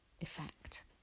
effect